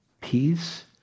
peace